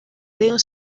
rayon